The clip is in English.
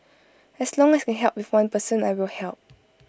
as long as I can help one person I will help